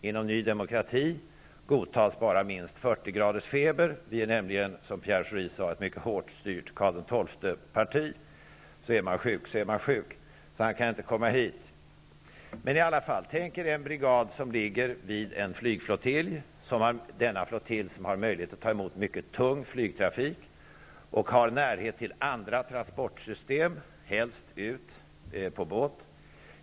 Inom Ny Demokrati godtas bara minst 40 graders feber. Vi är nämligen, som Pierre Schori sade, ett mycket hårtstyrt Karl den XII-parti. Men är man sjuk, så är man sjuk, och han kan inte komma hit. Tänk er en brigad som ligger vid en flygflottilj som har möjlighet att ta emot mycket tung flygtrafik och har närhet till andra transportsystem, helst transport med båt.